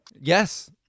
Yes